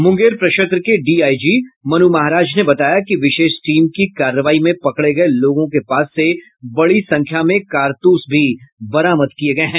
मुंगेर प्रक्षेत्र के डीआईजी मनु महाराज ने बताया कि विशेष टीम की कार्रवाई में पकड़े गये लोगों के पास से बड़ी संख्या में कारतूस भी बरामद किये गये हैं